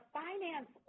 finance